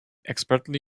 expertly